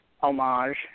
homage